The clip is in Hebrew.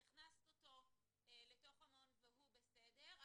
את הכנסת אותו לתוך המעון והוא בסדר,